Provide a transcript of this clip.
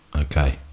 okay